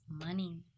Money